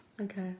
Okay